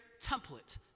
template